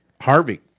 Harvey